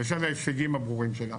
בשל ההישגים הברורים שלה